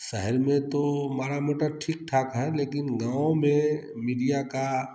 शहर में तो मारा मोटा ठीक ठाक है लेकिन गाँव में मीडिया का